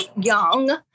young